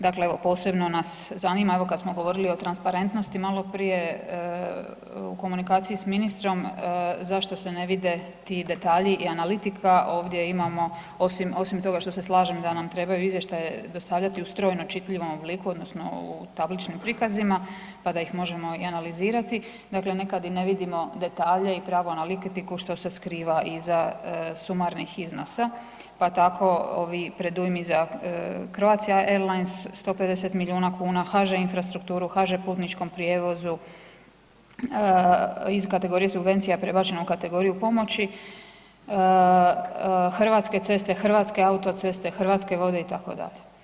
Dakle posebno nas zanima, evo kad smo govorili o transparentnosti maloprije, u komunikaciji s ministrom, zašto se ne vidi ti detalji i analitika, ovdje imamo osim toga što se slažem da nam trebaju izvještaje dostavljati u strojno čitljivom obliku odnosno u tabličnim prikazima, pa da ih možemo i analizirati, dakle nekad ne vidimo detalje i pravu analitiku što se skriva iza sumarnih iznosa pa tako ovi predujmi za Croatia airlines, 150 milijuna kuna, HŽ infrastrukturu, HŽ putničkom prijevozu iz kategorije subvencija prebačeno u kategoriju pomoći, Hrvatske ceste, Hrvatske autoceste, Hrvatske vode itd.